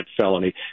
felony